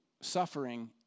suffering